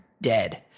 dead